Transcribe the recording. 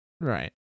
right